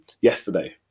yesterday